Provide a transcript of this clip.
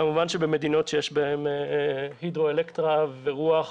כמובן שבמדינות שיש בהן הידרו-אלקטרה ורוח,